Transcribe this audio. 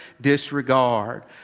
disregard